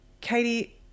Katie